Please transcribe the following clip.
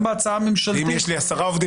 גם בהצעה הממשלתית --- ואם יש לי עשרה עובדים